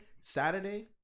Saturday